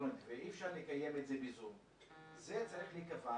ואי אפשר לקיים את זה ב"זום", צריך להיקבע